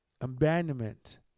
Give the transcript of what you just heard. abandonment